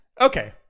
Okay